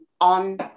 on